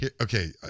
okay